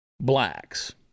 blacks